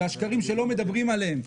זה השקרים שלא מדברים עליהם.